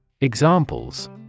Examples